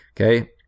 okay